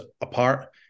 apart